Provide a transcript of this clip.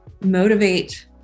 motivate